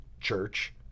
church